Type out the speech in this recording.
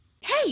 Hey